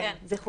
כן, זו חובה.